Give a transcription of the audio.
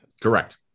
Correct